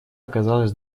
оказалось